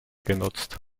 genutzt